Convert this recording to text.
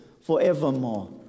forevermore